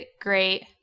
great